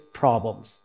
problems